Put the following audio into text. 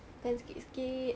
makan sikit sikit